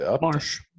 Marsh